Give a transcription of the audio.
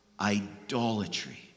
idolatry